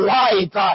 life